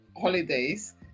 holidays